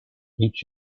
each